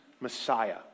Messiah